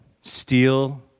steal